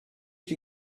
can